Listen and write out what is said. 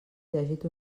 llegit